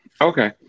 okay